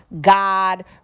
God